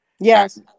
Yes